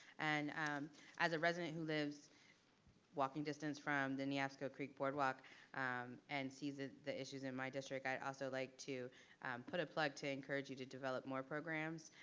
and as a resident who lives walking distance from the neabsco creek boardwalk and sees ah the issues in my district, i'd also like to put a plug to encourage you to develop more programs,